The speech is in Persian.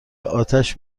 آتش